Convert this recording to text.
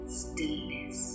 stillness